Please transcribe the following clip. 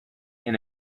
and